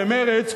במרצ,